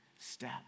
step